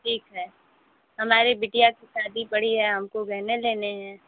ठीक है हमारे बिटिया कि शादी पड़ी है हमको गहने लेने हैं